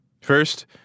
First